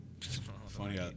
Funny